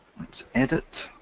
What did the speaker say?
let's edit.